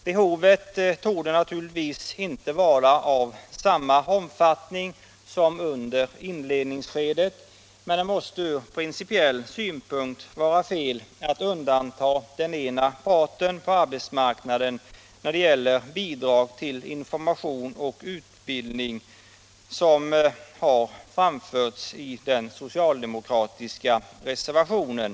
Behovet torde naturligtvis inte vara av samma omfattning som under inledningsskedet, men det måste från principiell synpunkt vara fel att undanta den ena parten på arbetsmarknaden när det gäller bidrag till information och utbildning så som det har framförts i den socialdemokratiska reservationen.